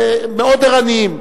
ומאוד ערניים,